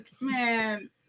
Man